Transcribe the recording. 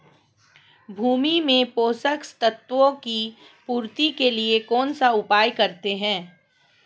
भूमि में पोषक तत्वों की पूर्ति के लिए कौनसा उपाय करते हैं?